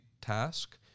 task